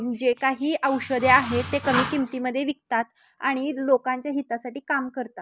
जे काही औषधे आहेत ते कमी किमतीमधे विकतात आणि लोकांच्या हितासाठी काम करतात